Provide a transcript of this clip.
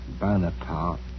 Bonaparte